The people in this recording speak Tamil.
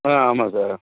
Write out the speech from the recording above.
ஆ ஆமாம் சார்